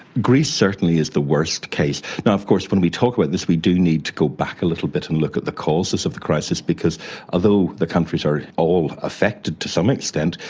greece certainly is the worst case. and of course when we talk about this we do need to go back a little bit and look at the causes of the crisis because although the countries are all affected to some extent,